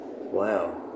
Wow